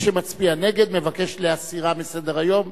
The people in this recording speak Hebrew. מי שמצביע נגד, מבקש להסיר מסדר-היום.